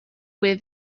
where